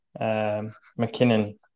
McKinnon